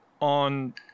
on